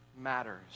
matters